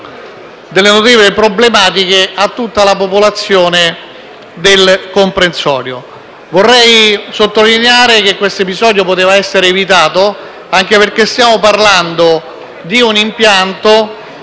notevoli problematiche a tutta la popolazione del comprensorio. Vorrei sottolineare che questo episodio poteva essere evitato, anche perché stiamo parlando di un impianto